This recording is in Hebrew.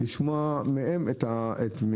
לשמוע מה מצבם,